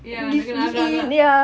ya nak kena agak-agak